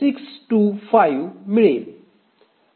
625 मिळेल